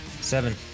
seven